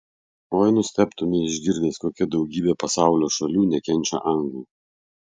oi nustebtumei išgirdęs kokia daugybė pasaulio šalių nekenčia anglų